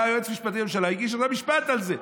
היה יועץ משפטי לממשלה, הגישו לו משפט על זה.